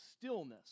stillness